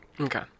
Okay